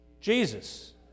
Jesus